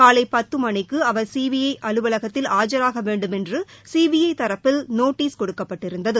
காலை பத்து மணிக்கு அவர் சிபிஐ அலுவலகத்தில் ஆஜராக வேண்டுமென்று சிபிஐ தரப்பில் நோட்டீஸ் கொடுக்கப்பட்டிருந்தது